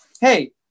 Hey